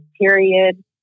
period